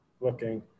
looking